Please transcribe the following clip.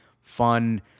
fun